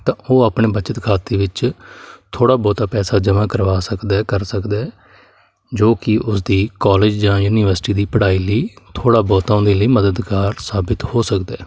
ਉਹ ਆਪਣੇ ਬੱਚਤ ਖਾਤੇ ਵਿੱਚ ਥੋੜ੍ਹਾ ਬਹੁਤਾ ਪੈਸਾ ਜਮ੍ਹਾਂ ਕਰਵਾ ਸਕਦਾ ਹੈ ਕਰ ਸਕਦਾ ਹੈ ਜੋ ਕਿ ਉਸਦੀ ਕਾਲਜ ਜਾਂ ਯੂਨੀਵਰਸਿਟੀ ਦੀ ਪੜ੍ਹਾਈ ਲਈ ਥੋੜ੍ਹਾ ਬਹੁਤਾ ਉਹਦੇ ਲਈ ਮਦਦਗਾਰ ਸਾਬਿਤ ਹੋ ਸਕਦਾ ਹੈ